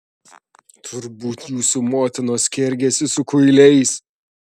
turbūt jūsų motinos kergėsi su kuiliais